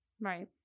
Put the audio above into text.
Right